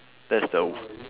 that's the